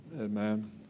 Amen